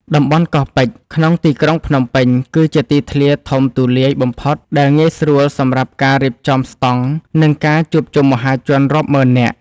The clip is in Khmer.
តំបន់កោះពេជ្រ ក្នុងទីក្រុងភ្នំពេញ គឺជាទីធ្លាធំទូលាយបំផុតដែលងាយស្រួលសម្រាប់ការរៀបចំស្ដង់ និងការជួបជុំមហាជនរាប់ម៉ឺននាក់។